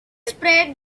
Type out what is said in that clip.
spread